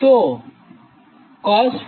તો cos𝜑0